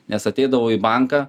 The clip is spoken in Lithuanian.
nes ateidavau į banką